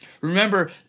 Remember